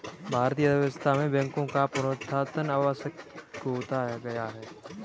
भारतीय अर्थव्यवस्था में बैंकों का पुनरुत्थान आवश्यक हो गया है